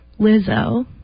lizzo